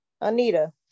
Anita